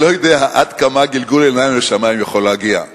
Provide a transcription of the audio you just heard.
אני לא יודע עד כמה גלגול עיניים לשמים יכול להגיע.